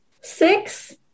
Six